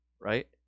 right